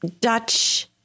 Dutch